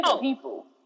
people